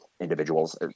individuals